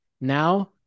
Now